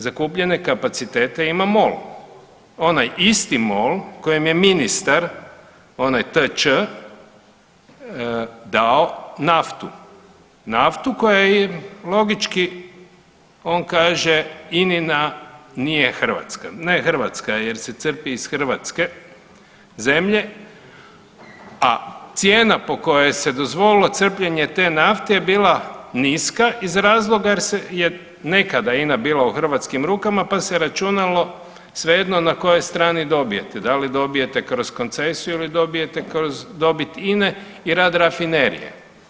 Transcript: Zakupljene kapacitete ima MOL, onaj isti MOL kojem je ministar onaj TĆ dao naftu, naftu koja je logično on kaže INA-ina nije hrvatska, ne hrvatska je jer se crpi iz Hrvatske zemlje, a cijena po kojoj se dozvolilo crpljenje te nafte je bila niska iz razloga jer je nekada INA bila u hrvatskim rukama, pa se računalo svejedno na kojoj strani dobijete da li dobijete kroz koncesiju ili dobijete kroz dobit INA-e i rad rafinerije.